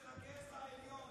לך גזע עליון,